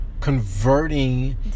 converting